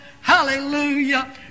hallelujah